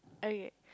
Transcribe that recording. okay